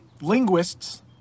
linguists